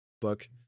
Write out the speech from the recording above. book